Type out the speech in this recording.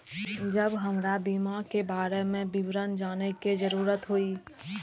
जब हमरा बीमा के बारे में विवरण जाने के जरूरत हुए?